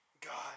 God